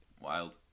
Wild